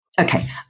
Okay